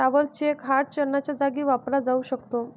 travellers cheque hard चलनाच्या जागी वापरला जाऊ शकतो